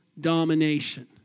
domination